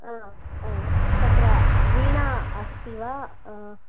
तत्र वीणा अस्ति वा